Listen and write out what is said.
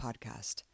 podcast